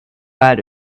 out